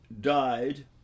died